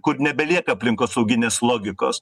kur nebelieka aplinkosauginės logikos